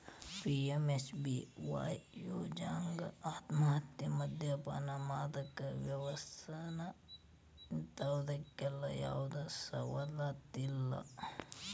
PMSBY ಯೋಜ್ನಾಕ ಆತ್ಮಹತ್ಯೆ, ಮದ್ಯಪಾನ, ಮಾದಕ ವ್ಯಸನ ಇಂತವಕ್ಕೆಲ್ಲಾ ಯಾವ್ದು ಸವಲತ್ತಿಲ್ಲ